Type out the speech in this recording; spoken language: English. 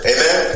Amen